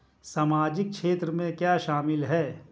सामाजिक क्षेत्र में क्या शामिल है?